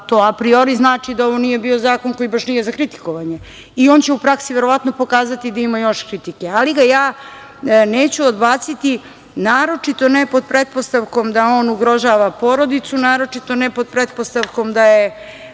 apriori znači da ovo nije bio zakon koji baš nije za kritikovanje i on će u praksi verovatno pokazati da ima još kritike, ali ga ja neću odbaciti, naročito ne pod pretpostavkom da on ugrožava porodicu, naročito ne pod pretpostavkom da je